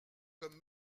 comme